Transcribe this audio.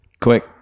quick